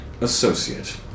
associate